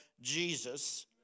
Jesus